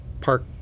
park